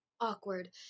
Awkward